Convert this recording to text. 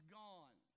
gone